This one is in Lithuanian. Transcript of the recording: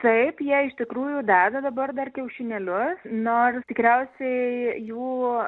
taip jie iš tikrųjų deda dabar dar kiaušinėlius nors tikriausiai jų